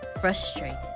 frustrated